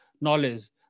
knowledge